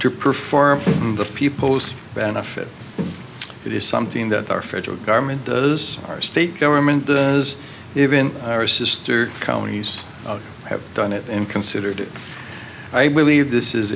to perform the people's benefit it is something that our federal government does our state government does even our sister counties have done it and consider do i believe this is